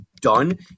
done